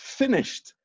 finished